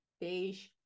beige